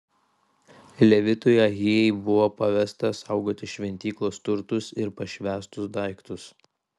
levitui ahijai buvo pavesta saugoti šventyklos turtus ir pašvęstus daiktus